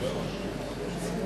את חבר הכנסת גאלב